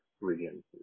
regions